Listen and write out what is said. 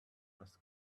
has